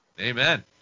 Amen